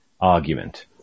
argument